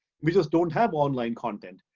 we just don't have online content.